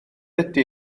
ydy